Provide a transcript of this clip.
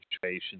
situation